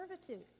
servitude